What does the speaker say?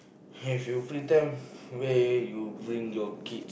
have you free time where you bring your kid